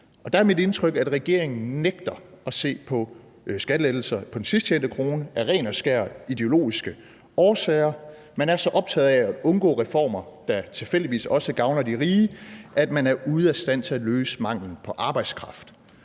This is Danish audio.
er det mit indtryk, at regeringen nægter at se på skattelettelser på den sidst tjente krone af ren og skær ideologiske årsager. Man er så optaget af at undgå reformer, der tilfældigvis også gavner de rige, at man er ude af stand til at løse manglen på arbejdskraft.